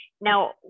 Now